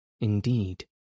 indeed